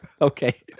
Okay